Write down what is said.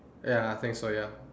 ya I think so ya